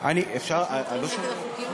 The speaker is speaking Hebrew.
אני לא שומע.